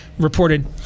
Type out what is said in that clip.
reported